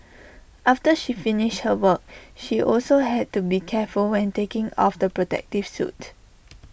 after she finished her work she also had to be careful when taking off the protective suit